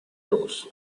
toes